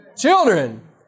Children